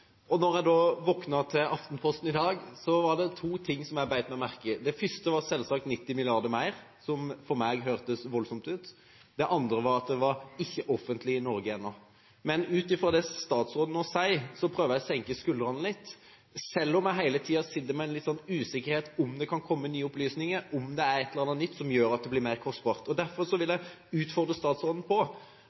det to ting jeg bet meg merke i. Det første var selvsagt 90 mrd. kr mer, som for meg hørtes voldsomt ut. Det andre var at det var ikke offentlig i Norge ennå. Men ut fra det statsråden nå sier, prøver jeg å senke skuldrene litt, selv om jeg hele tiden sitter med en usikkerhet om at det kan komme nye opplysninger, om det er et eller annet nytt som gjør at det blir mer kostbart. Derfor vil jeg utfordre statsråden på